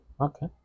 Okay